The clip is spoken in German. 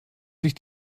sich